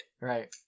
Right